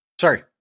Sorry